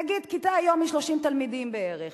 נגיד, כיתה היום היא 30 תלמידים בערך.